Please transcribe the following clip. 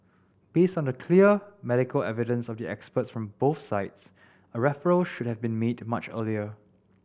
based on the clear medical evidence of the experts for both sides a referral should have been made much earlier